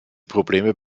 probleme